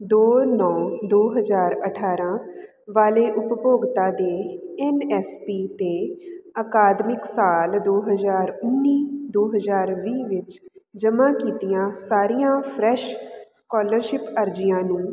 ਦੋ ਨੌਂ ਦੋ ਹਜ਼ਾਰ ਅਠਾਰਾਂ ਵਾਲੇ ਉਪਭੋਗਤਾ ਦੇ ਐੱਨ ਐੱਸ ਪੀ 'ਤੇ ਅਕਾਦਮਿਕ ਸਾਲ ਦੋ ਹਜ਼ਾਰ ਉੱਨੀ ਦੋ ਹਜ਼ਾਰ ਵੀਹ ਵਿੱਚ ਜਮ੍ਹਾਂ ਕੀਤੀਆਂ ਸਾਰੀਆਂ ਫਰੈਸ਼ ਸਕੋਲਰਸ਼ਿਪ ਅਰਜ਼ੀਆਂ ਨੂੰ